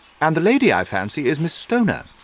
and the lady, i fancy, is miss stoner,